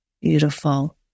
Beautiful